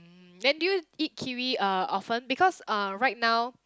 mm then do you eat kiwi uh often because uh right now